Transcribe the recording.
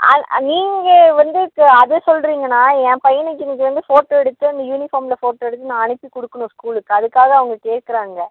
அது நீங்கள் வந்து க அதை சொல்கிறிங்கண்ணா என் பையனுக்கு இன்னைக்கு வந்து ஃபோட்டோ எடுத்து அந்த யூனிஃபார்ம்ல ஃபோட்டோ எடுத்து நான் அனுப்பி கொடுக்கணும் ஸ்கூலுக்கு அதுக்காக அவங்க கேட்குறாங்க